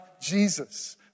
Jesus